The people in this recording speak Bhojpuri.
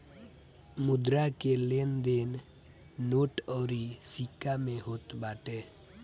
मुद्रा के लेन देन नोट अउरी सिक्का में होत बाटे